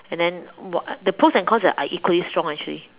and then the pros and cons are equally strong actually